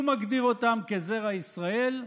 הוא מגדיר אותם כזרע ישראל,